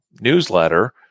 newsletter